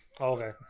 okay